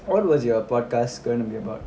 what was your podcast going to be about